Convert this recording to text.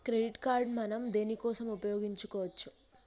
Credit card మనం దేనికోసం ఉపయోగించుకోవచ్చు?